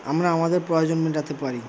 আমরা আমাদের প্রয়োজন মেটাতে পারি